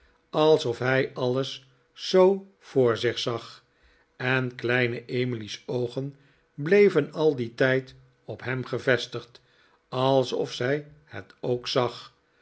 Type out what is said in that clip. alsof hij alles zoo voor zich zag en kleine emily's oogen bleven al dien tijd op hem gevestigd alsof zij het ook zag